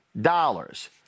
dollars